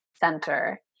center